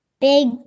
big